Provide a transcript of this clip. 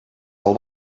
del